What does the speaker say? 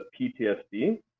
PTSD